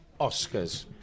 Oscars